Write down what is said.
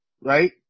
right